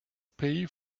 pay